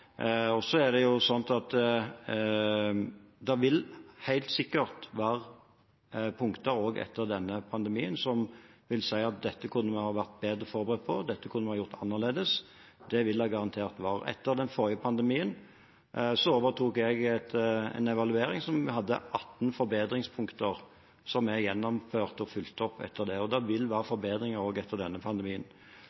Det vil helt sikkert være punkter også etter denne pandemien som vil si at dette kunne vi ha vært bedre forberedt på, dette kunne vi ha gjort annerledes. Det vil det garantert være. Etter den forrige pandemien overtok jeg en evaluering som hadde 18 forbedringspunkter, som jeg gjennomførte og fulgte opp. Det vil være forbedringer også etter